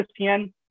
ESPN